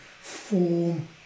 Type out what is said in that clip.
form